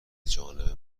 جانب